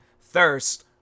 thirst